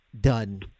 done